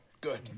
good